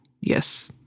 Yes